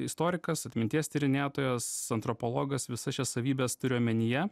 istorikas atminties tyrinėtojas antropologas visas šias savybes turi omenyje